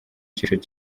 cyiciro